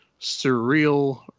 Surreal